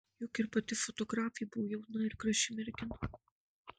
juk ir pati fotografė buvo jauna ir graži mergina